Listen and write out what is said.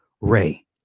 Ray